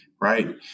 Right